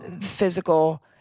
physical-